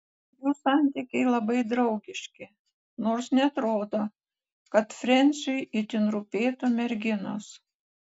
jų santykiai labai draugiški nors neatrodo kad frensiui itin rūpėtų merginos